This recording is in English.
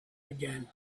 again